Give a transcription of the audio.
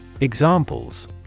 Examples